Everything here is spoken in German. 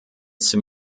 sind